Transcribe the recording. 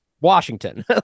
Washington